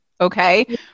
Okay